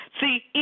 See